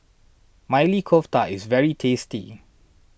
Maili Kofta is very tasty